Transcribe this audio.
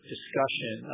discussion